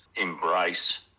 embrace